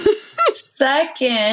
Second